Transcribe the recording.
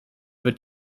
wird